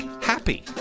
happy